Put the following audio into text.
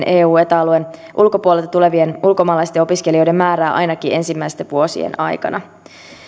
eu ja eta alueen ulkopuolelta tulevien ulkomaalaisten opiskelijoiden määrää ainakin ensimmäisten vuosien aikana